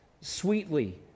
sweetly